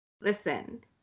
listen